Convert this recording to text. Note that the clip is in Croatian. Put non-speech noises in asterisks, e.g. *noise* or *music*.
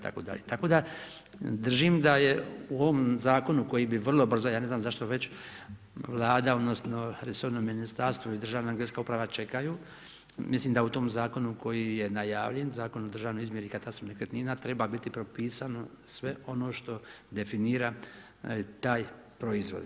Tako da držim da je u ovom zakonu koji bi vrlo brzo, ja ne znam, zašto već Vlada, odnosno, resorno ministarstvo i država geodetska uprava čekaju, mislim da u tom zakonu koji je najavljen, Zakon o državnoj izmjeri … *unintelligible* nekretnina treba biti propisano sve ono što definira taj proizvod.